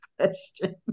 question